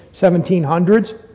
1700s